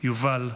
יובל,